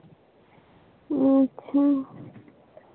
ᱟᱪᱪᱷᱟ